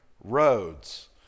roads